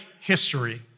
history